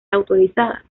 autorizadas